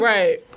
Right